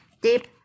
deep